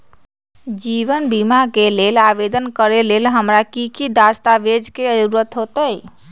जीवन बीमा के लेल आवेदन करे लेल हमरा की की दस्तावेज के जरूरत होतई?